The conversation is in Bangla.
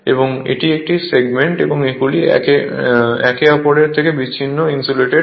এবং এটি একটি সেগমেন্ট এবং এগুলি একে অপরের থেকে বিচ্ছিন্ন ইনসুলেটর